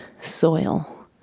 soil